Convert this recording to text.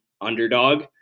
underdog